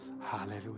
Hallelujah